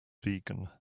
vegan